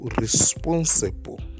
responsible